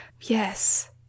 Yes